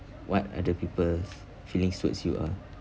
what other people's feelings towards you are